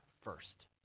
first